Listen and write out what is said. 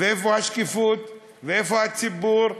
ואיפה השקיפות ואיפה הציבור,